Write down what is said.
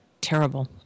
terrible